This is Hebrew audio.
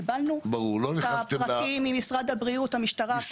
קיבלנו את הפרטים ממשרד הבריאות, המשטרה וכו'.